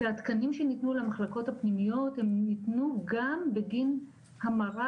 שהתקנים שניתנו למחלקות הפנימיות הם ניתנו גם בגין המרה